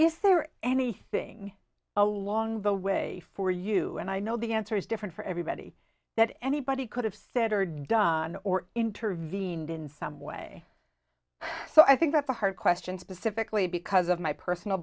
is there anything along the way for you and i know the answer is different for everybody that anybody could have said or done or intervened in some way so i think that's a hard question specifically because of my personal